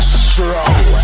strong